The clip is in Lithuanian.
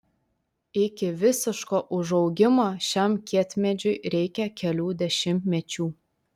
iki visiško užaugimo šiam kietmedžiui reikia kelių dešimtmečių